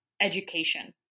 education